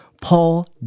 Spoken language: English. Paul